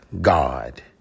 God